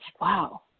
wow